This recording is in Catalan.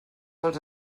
els